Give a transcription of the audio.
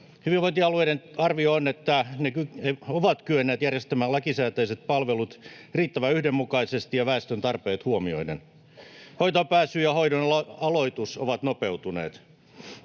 Hyvinvointialueiden arvio on, että ne ovat kyenneet järjestämään lakisääteiset palvelut riittävän yhdenmukaisesti ja väestön tarpeet huomioiden. Hoitoonpääsy ja hoidon aloitus ovat nopeutuneet.